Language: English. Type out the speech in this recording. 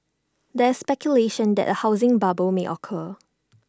there is speculation that A housing bubble may occur